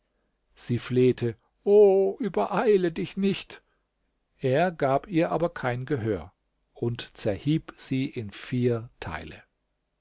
sie flehte o übereile dich nicht er gab ihr aber kein gehör und zerhieb sie in vier teile